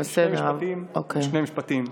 עוד שני משפטים.